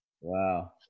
Wow